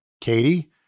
Katie